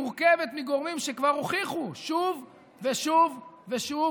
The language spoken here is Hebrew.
היא מורכבת מגורמים שכבר הוכיחו שוב ושוב ושוב